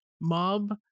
mob